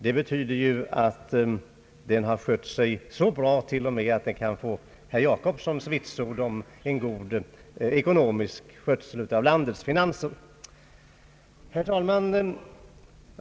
Det betyder ju att regeringen har skött sig så bra att den till och med kan få herr Jacobssons vitsord om god skötsel av landets finanser.